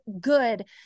good